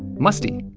musty.